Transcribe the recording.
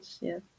Yes